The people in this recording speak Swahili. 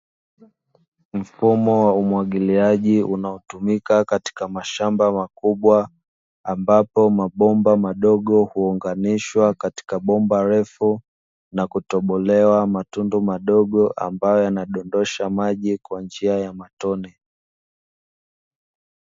Mfumo wa umwagiliaji unaotumika katika mashamba makubwa, ambapo mabomba madogo huunganishwa katika bomba refu, na kutobolewa matundu madogo, ambayo yanadondosha maji kwa njia ya matone.